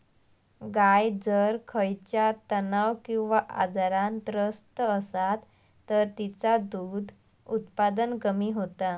गाय जर खयच्या तणाव किंवा आजारान त्रस्त असात तर तिचा दुध उत्पादन कमी होता